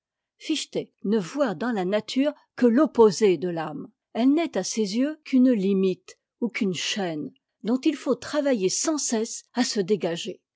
fichte ne voit dans la nature que l'opposé de âme elle n'est à ses yeux qu'une limite on qu'une chaîne dont il faut travailler sans cesse à se dégager